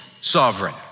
sovereign